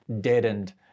deadened